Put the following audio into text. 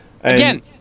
Again